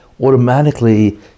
automatically